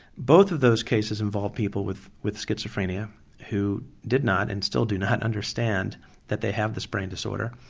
both of those cases involved people with with schizophrenia who did not, and still do not understand that they have this brain disorder.